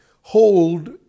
hold